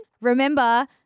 remember